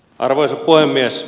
arvoisa puhemies